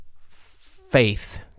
faith